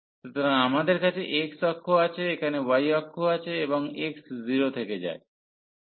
সুতরাং আমাদের কাছে x অক্ষ আছে এখানে y অক্ষ আছে এবং x 0 থেকে যায়